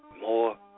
more